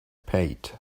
paid